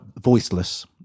voiceless